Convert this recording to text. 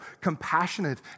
compassionate